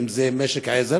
אם זה משק עזר.